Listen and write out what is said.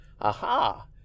aha